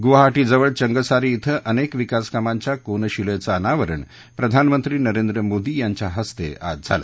गुवाहाटी जवळ चंगसारी कें अनेक विकासकामांच्या कोनशिलेचं अनावरण प्रधानमंत्री नरेंद्र मोदी यांच्या हस्ते आज झालं